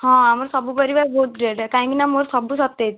ହଁ ଆମର ସବୁ ପରିବା ବହୁତ ରେଟ୍ କାହିଁକିନା ମୋର ସବୁ ସତେଜ